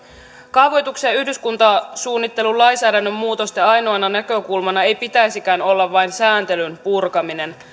kaavoituksen ja yhdyskuntasuunnittelun lainsäädännön muutosten ainoana näkökulmana ei pitäisikään olla vain sääntelyn purkaminen